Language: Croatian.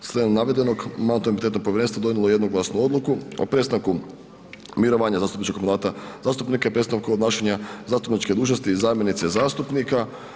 Slijedom navedenog, Mandatno-imunitetno povjerenstvo donijelo je jednoglasnu odluku o prestanku mirovanja zastupničkog mandata zastupnika i prestanku obnašanja zastupničke dužnosti zamjenice zastupnika.